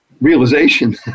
realization